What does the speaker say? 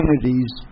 communities